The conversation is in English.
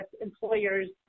employers